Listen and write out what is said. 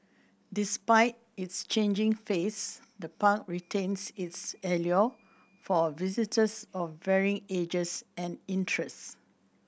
despite its changing face the park retains its allure for visitors of varying ages and interests